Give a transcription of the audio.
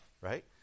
right